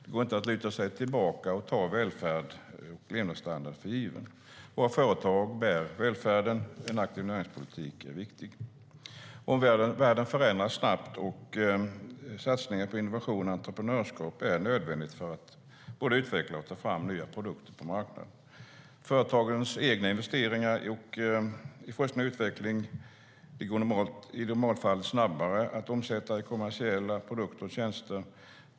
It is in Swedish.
Det går inte att luta sig tillbaka och ta välfärd och levnadsstandard för givna. Våra företag bär välfärden, och en aktiv näringspolitik är viktig. Omvärlden förändras snabbt och satsningar på innovation och entreprenörskap är nödvändiga för att nya produkter ska utvecklas och tas fram på marknaden. Företagens egna investeringar i forskning och utveckling går i normalfallet snabbare att omsätta i kommersiella produkter och tjänster.